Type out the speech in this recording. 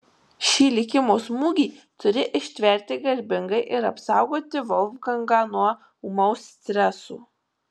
šį likimo smūgį turi ištverti garbingai ir apsaugoti volfgangą nuo ūmaus streso